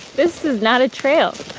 this is not a trail.